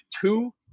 two